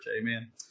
Amen